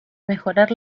mejorar